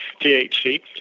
THC